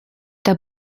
der